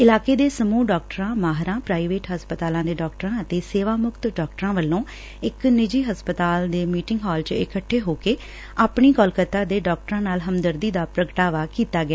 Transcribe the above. ਇਲਾਕੇ ਦੇ ਸਾਰੇ ਡਾਕਟਰਾਂ ਮਾਹਿਰਾਂ ਪੁਾਈਵੇਟ ਹਸਪਤਾਲਾਂ ਦੇ ਡਾਕਟਰਾਂ ਤੇ ਸੇਵਾ ਮੁਕਤ ਡਾਕਟਰਾਂ ਵੱਲੋਂ ਇਕ ਨਿੱਜੀ ਹਸਪਤਾਲ ਦੇ ਮੀਟਿੰਗ ਹਾਲ ਚ ਇਕੱਠੇ ਹੋ ਕੇ ਆਪਣੀ ਕੋਲਕਾਤਾ ਦੇ ਡਾਕਟਰਾਂ ਨਾਲ ਹਮਦਰਦੀ ਦਾ ਪੁਗਟਾਵਾ ਕੀਤਾ ਗਿਆ